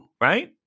right